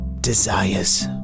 desires